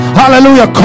hallelujah